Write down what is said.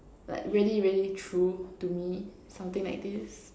like really really true to me something like this